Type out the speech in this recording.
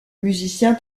musicien